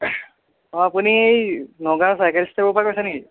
অঁ আপুনি এই নগাঁৱৰ চাইকেল ষ্টেপৰ পৰা কৈছে নেকি